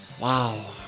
Wow